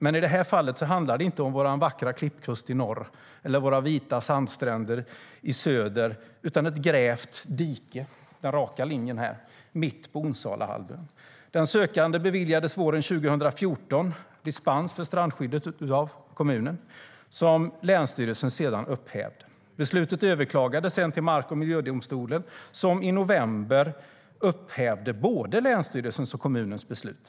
Men i det här fallet handlar det inte om vår vackra klippkust i norr eller våra vita sandstränder i söder utan om ett grävt dike - den raka linjen på kartan jag visar här i talarstolen - mitt på Onsalahalvön.Sökanden beviljades våren 2014 dispens från strandskyddet av kommunen, som länsstyrelsen sedan upphävde. Beslutet överklagades sedan till mark och miljödomstolen, som i november upphävde både länsstyrelsens och kommunens beslut.